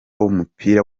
w’umupira